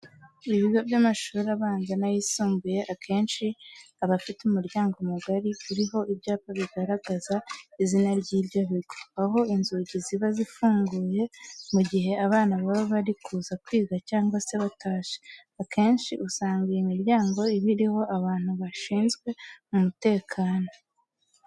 Ibigo by'amashuri abanza n'ayisumbuye akenshi aba afite umuryango mugari uriho ibyapa bigaragaza izina ry'ibyo bigo, aho inzugi ziba zifunguye mu gihe abana baba bari kuza kwiga cyangwa se batashye. Akenshi usanga iyi miryango iba iriho abantu bashinzwe umutekano.